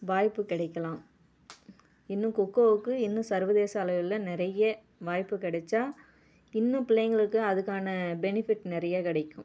வாய்ப்பு கிடைக்கலாம் இன்னும் கொக்கோவுக்கு இன்னும் சர்வதேச அளவில் நிறைய வாய்ப்பு கிடச்சா இன்னும் பிள்ளைங்களுக்கு அதுக்கான பெனிஃபிட் நிறையா கிடைக்கும்